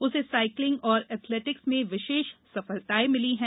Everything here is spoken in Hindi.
उसे साइकलिंग और एथलेटिक्स में विशेष सफलताए मिली हैं